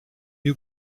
you